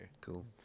Cool